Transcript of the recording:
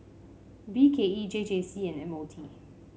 B K E J J C and M O T